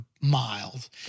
miles